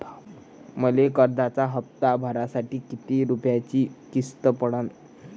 मले कर्जाचा हप्ता भरासाठी किती रूपयाची किस्त पडन?